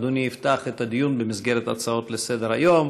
אדוני יפתח את הדיון במסגרת הצעות לסדר-היום.